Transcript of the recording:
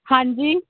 ਹਾਂਜੀ